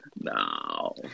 no